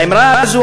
האמרה הזו,